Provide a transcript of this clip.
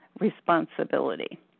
responsibility